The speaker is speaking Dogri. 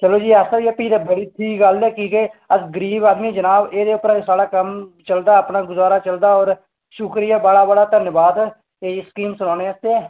चलो जी ऐसा होई जा भी ते बड़ी ठीक गल्ल ऐ की के अस गरीब आदमी जनाब एह्दे उप्परा ते साढ़ा कम्म चलदा अपना गुजारा चलदा और शुक्रिया बड़ा बड़ा धन्नवाद स्कीम सनाने आस्तै